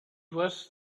was